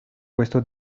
puesto